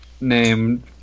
named